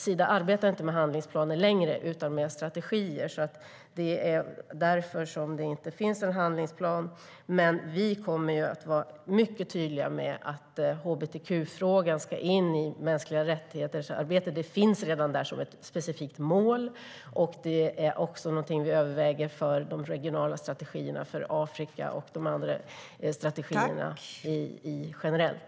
Sida arbetar inte med handlingsplaner längre utan med strategier, så det är därför som det inte finns en handlingsplan. Vi kommer dock att vara mycket tydliga med att hbtq-frågan ska in i arbetet för mänskliga rättigheter. Det finns redan där som ett specifikt mål, och det är också någonting som vi överväger för de regionala strategierna för Afrika och för de andra strategierna generellt.